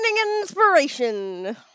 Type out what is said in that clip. inspiration